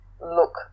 look